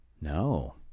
No